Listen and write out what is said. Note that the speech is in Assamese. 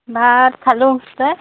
ভাত খালো তই